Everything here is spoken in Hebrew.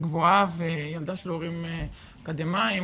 גבוהה וילדה של הורים אקדמאים.